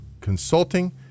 consulting